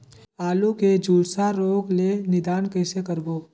आलू के झुलसा रोग ले निदान कइसे करबो?